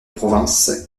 provinces